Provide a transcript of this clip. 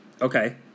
okay